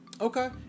Okay